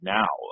now